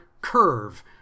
Curve